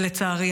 ולצערי,